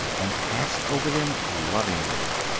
and passed over them lovingly.